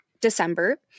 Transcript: December